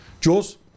Jules